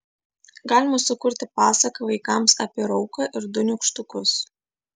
galima sukurti pasaką vaikams apie rauką ir du nykštukus